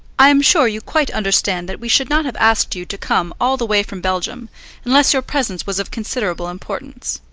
i am sure you quite understand that we should not have asked you to come all the way from belgium unless your presence was of considerable importance.